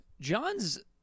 John's